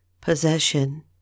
Possession